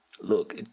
look